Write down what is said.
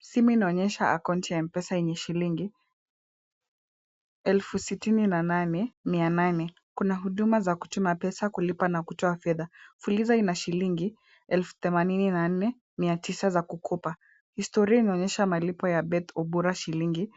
Simu inaonyesha account ya Mpesa yenye shilingi elfu sitini na nane mia nane. Kuna huduma za kutuma pesa, kulipa na kutoa fedha. Fuliza ina shilingi elfu themanini na nne mia tisa za kukopa. Historia inaonesha malipo ya Beth Obura shilingi